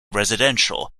residential